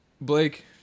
blake